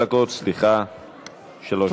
היושב-ראש,